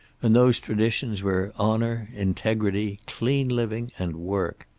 and those traditions were honor, integrity, clean living and work.